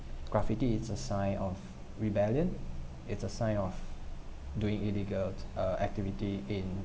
graffiti is a sign of rebellion it's a sign of doing illegal uh activity in